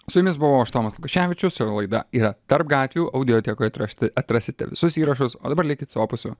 su jumis buvau aš tomas lukoševičius ir laida yra tarp gatvių audiotekoje trašti atrasite visus įrašus o dabar likit su opusu